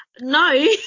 No